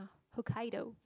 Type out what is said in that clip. Hokkaido